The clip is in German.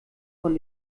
von